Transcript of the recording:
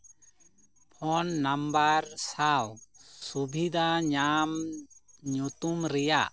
phone number ᱥᱟᱶ ᱥᱩᱵᱤᱫᱷᱟ ᱧᱟᱢ ᱧᱩᱛᱩᱢ ᱨᱮᱭᱟᱜ